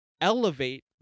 elevate